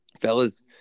fellas